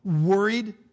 Worried